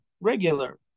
regular